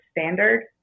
standard